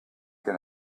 can